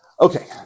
Okay